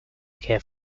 care